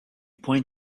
point